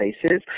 places